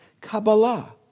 Kabbalah